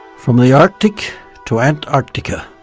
from the arctic to antarctica.